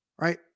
right